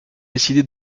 décidé